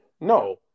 No